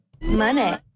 Money